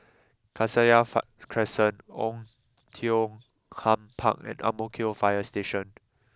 Cassia fine Crescent Oei Tiong Ham Park and Ang Mo Kio Fire Station